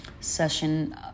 Session